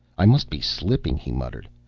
i must be slipping, he muttered.